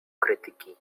krytyki